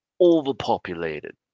overpopulated